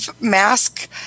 mask